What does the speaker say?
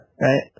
right